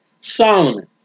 Solomon